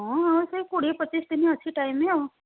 ହଁ ଆଉ ସେ କୋଡ଼ିଏ ପଚିଶଦିନ ଅଛି ଟାଇମ୍ ଆଉ